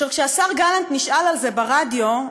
כשהשר גלנט נשאל על זה ברדיו,